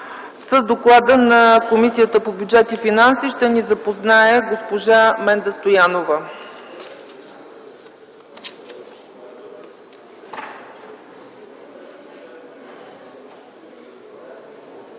С доклада на Комисията по бюджет и финанси ще ни запознае госпожа Менда Стоянова.